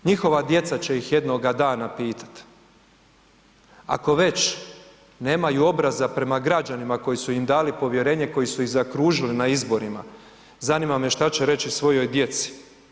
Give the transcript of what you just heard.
Njihova djeca će ih jednoga dana pitat, ako već nemaju obraza prema građanima koji su im dali povjerenje koji su ih zaokružili na izborima, zanima me šta će reći svojoj djeci.